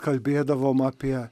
kalbėdavom apie